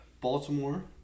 Baltimore